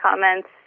comments